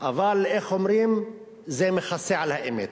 אבל זה מכסה על האמת.